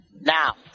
Now